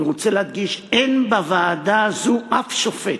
אני רוצה להדגיש: אין בוועדה הזו אף שופט.